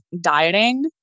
dieting